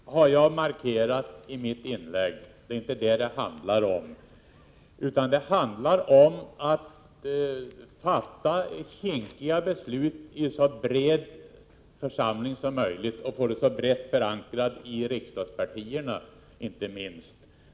Fru talman! Förtroendet för talmannen har jag markerat i mitt inlägg. Det är inte det som det handlar om, utan det handlar om att fatta kinkiga beslut i en så bred församling som möjligt — och inte minst att få dem brett förankrade i riksdagspartierna.